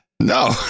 No